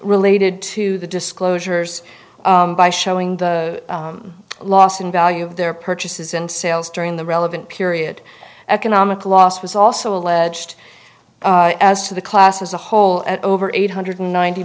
related to the disclosures by showing the loss in value of their purchases and sales during the relevant period economic loss was also alleged as to the class as a whole at over eight hundred ninety